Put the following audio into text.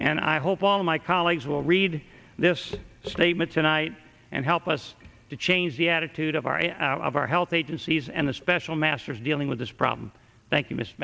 and i hope all my colleagues will read this statement tonight and help us to change the attitude of our out of our health agencies and the special masters dealing with this problem thank you m